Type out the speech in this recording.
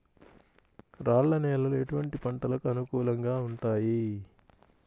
రాళ్ల నేలలు ఎటువంటి పంటలకు అనుకూలంగా ఉంటాయి?